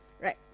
Right